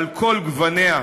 על כל גווניה ורבדיה,